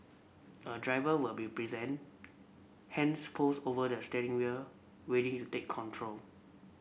a driver will be present hands pose over their steering wheel ready to take control